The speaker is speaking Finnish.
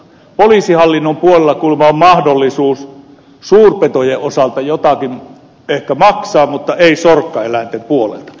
poliisihallinnon puolella kuulemma on mahdollisuus suurpetojen osalta jotakin ehkä maksaa mutta ei sorkkaeläinten puolelta